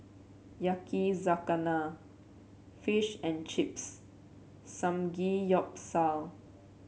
Yakizakana Fish and Chips Samgeyopsal